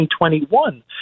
2021